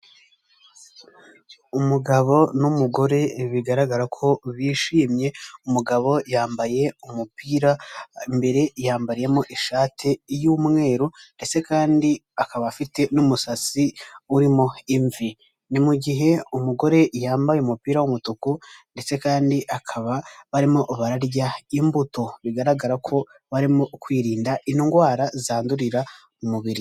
Umugabo n'umugore bigaragara ko bishimye, umugabo yambaye umupira, imbere yambayemo ishatiy'umweru ndetse kandi akaba afite n'umusatsi urimo imvi. Ni mu gihe umugore yambaye umupira w'umutuku ndetse kandi akaba barimo bararya imbuto, bigaragara ko barimo kwirinda indwara zandurira mu umubiri.